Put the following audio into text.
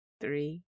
Three